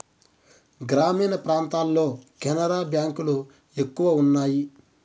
గ్రామీణ ప్రాంతాల్లో కెనరా బ్యాంక్ లు ఎక్కువ ఉన్నాయి